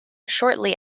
shortly